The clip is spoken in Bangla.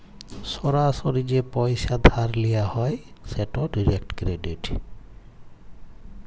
সরাসরি যে পইসা ধার লিয়া হ্যয় সেট ডিরেক্ট ক্রেডিট